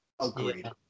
Agreed